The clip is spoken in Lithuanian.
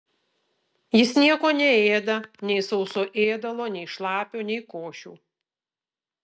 jis nieko neėda nei sauso ėdalo nei šlapio nei košių